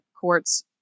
courts